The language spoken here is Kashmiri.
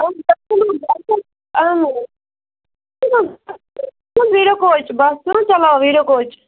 ویٖڈیو کوچ بَس چھُنَہ چَلاوان ویٖڈیو کوچ